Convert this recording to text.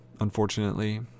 unfortunately